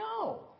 No